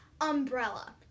umbrella